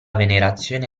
venerazione